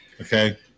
okay